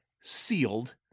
sealed